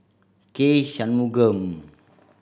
K Shanmugam